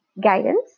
guidance